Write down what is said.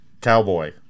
cowboy